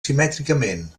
simètricament